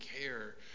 care